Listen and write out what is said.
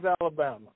Alabama